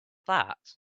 that